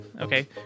okay